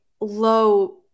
low